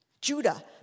Judah